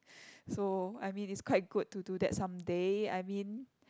so I mean it's quite good to do that some day I mean